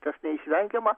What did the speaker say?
kas neišvengiama